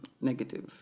negative